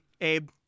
Abe